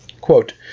Quote